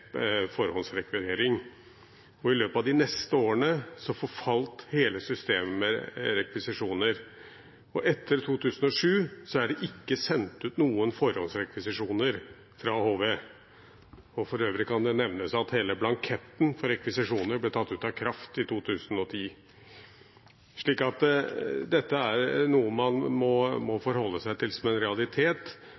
videreføre ordningen. I løpet av de neste årene forfalt hele systemet med rekvisisjoner. Etter 2007 er det ikke sendt ut noen forhåndsrekvisisjoner fra HV. For øvrig kan det nevnes at hele blanketten for rekvisisjoner ble satt ut av kraft i 2010. Dette er noe man må